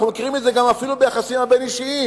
אנחנו מכירים את זה אפילו ביחסים הבין-אישיים,